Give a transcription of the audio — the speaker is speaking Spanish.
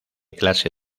clase